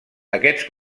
aquests